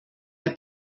herr